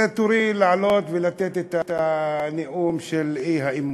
זה תורי לעלות ולתת את הנאום של האי-אמון.